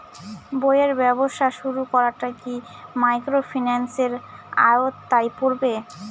বইয়ের ব্যবসা শুরু করাটা কি মাইক্রোফিন্যান্সের আওতায় পড়বে?